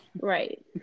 Right